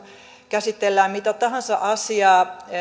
käsitellään mitä tahansa asiaa